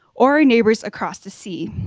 or neighbors across the sea.